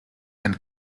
and